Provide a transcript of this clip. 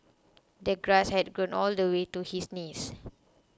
the grass had grown all the way to his knees